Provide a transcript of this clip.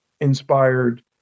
inspired